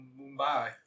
Mumbai